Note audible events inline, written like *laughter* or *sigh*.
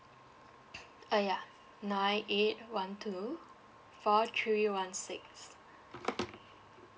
*breath* uh yeah nine eight one two four three one six